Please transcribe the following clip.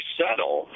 settle